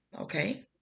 okay